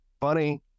funny